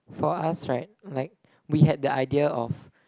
for us right like we had the idea of